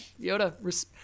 Yoda